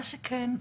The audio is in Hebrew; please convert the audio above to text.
מה שכן,